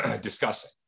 discussing